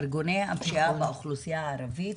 ארגוני הפשיעה באוכלוסייה הערבית,